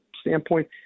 standpoint